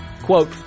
Quote